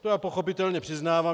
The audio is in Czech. To já pochopitelně přiznávám.